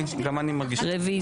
רוויזיה.